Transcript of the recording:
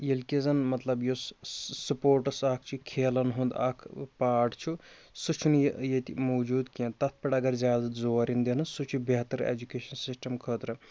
ییٚلہِ کہِ زَن مطلب یُس سٕپوٹٕس اَکھ چھِ کھیلَن ہُنٛد اَکھ پاٹ چھُ سُہ چھُنہٕ یہِ ییٚتہِ موجوٗد کیٚنٛہہ تَتھ پٮ۪ٹھ اگر زیادٕ زور یِن دِنہٕ سُہ چھُ بہتَر اٮ۪جُکیشَن سِسٹَم خٲطرٕ